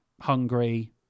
hungry